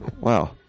Wow